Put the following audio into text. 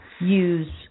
use